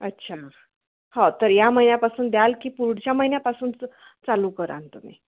अच्छा हो तर या महिन्यापासून द्याल की पुढच्या महिन्यापासूनच चालू कराल तुम्ही